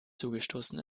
zugestoßen